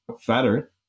fatter